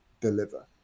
deliver